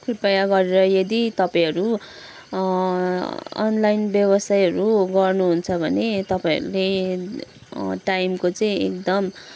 कृपया गरेर यदि तपाईँहरू अनलाइन व्यवसायहरू गर्नुहुन्छ भने तपाईँहरूले टाइमको चाहिँ एकदम